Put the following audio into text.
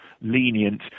lenient